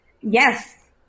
Yes